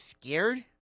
scared